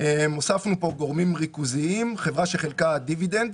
הוספנו כאן גורמים ריכוזיים, חברה שחילקה דיבידנד.